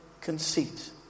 conceit